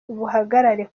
bugaragare